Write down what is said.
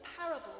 parable